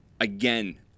again